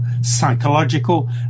psychological